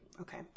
okay